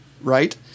right